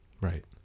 right